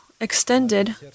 extended